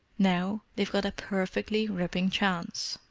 now they've got a perfectly ripping chance!